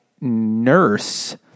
nurse